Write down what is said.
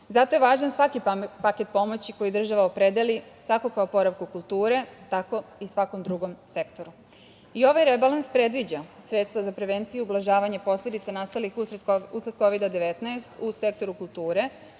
Zato je važan svaki paket pomoći koji država opredeli kako ka oporavku kulture, tako i svakom drugom sektoru.I ovaj rebalans predviđa sredstva za prevenciju i ublažavanje posledica nastalih usled Kovida - 19 u sektoru kulture